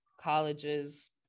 colleges